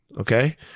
okay